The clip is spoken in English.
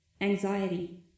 Anxiety